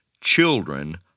children